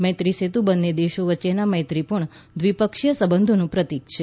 મૈત્રી સેતુ બંને દેશો વચ્ચેના મૈત્રીપૂર્ણ દ્વિપક્ષીય સંબંધોનું પ્રતિક છે